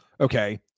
okay